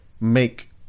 make